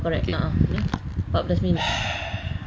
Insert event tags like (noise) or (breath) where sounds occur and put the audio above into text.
okay (breath)